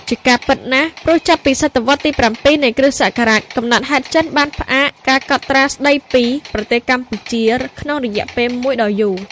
ជាការពិតណាស់ ព្រោះចាប់ពី សតវត្សរ៍ទី៧ នៃគ្រិស្តសករាជ កំណត់ហេតុចិនបានផ្អាកការកត់ត្រាស្តីពី ប្រទេសកម្ពុជា ក្នុងរយៈពេលមួយដ៏យូរ។